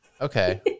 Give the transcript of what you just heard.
Okay